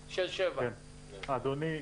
אדוני,